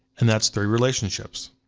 and that's three relationships.